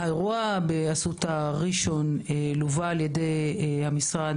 האירוע באסותא ראשון לווה על ידי המשרד,